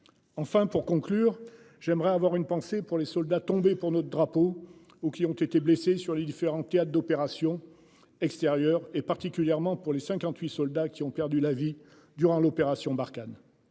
Enfin pour conclure, j'aimerais avoir une pensée pour les soldats tombés pour notre drapeau ou qui ont été blessés sur les différents théâtres d'opérations. Extérieures, et particulièrement pour les 58 soldats qui ont perdu la vie durant l'opération Barkhane.